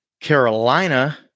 Carolina